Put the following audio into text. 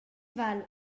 val